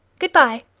good-bye!